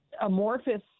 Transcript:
amorphous